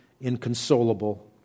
inconsolable